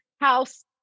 house